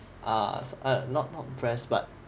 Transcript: ah not not breast but